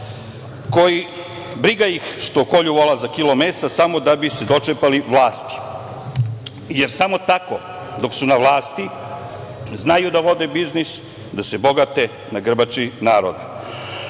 krava. Briga ih što kolju vola za kilo mesa, samo da bi se dočepali vlasti, jer samo tako, dok su na vlasti, znaju da vode biznis, da se bogate na grbači naroda.No,